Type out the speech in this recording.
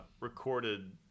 recorded